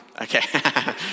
okay